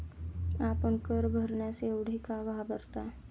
आपण कर भरण्यास एवढे का घाबरता?